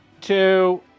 Two